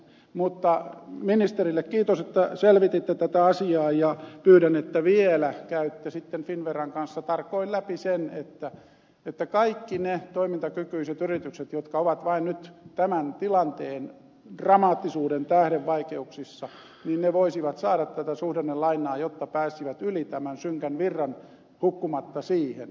mutta ministerille kiitos että selvititte tätä asiaa ja pyydän että vielä käytte sitten finnveran kanssa tarkoin läpi sen että kaikki ne toimintakykyiset yritykset jotka ovat vain nyt tämän tilanteen dramaattisuuden tähden vaikeuksissa voisivat saada tätä suhdannelainaa jotta pääsisivät yli tämän synkän virran hukkumatta siihen